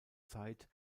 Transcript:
zeit